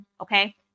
okay